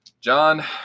John